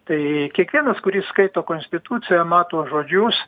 tai kiekvienas kuris skaito konstituciją mato žodžius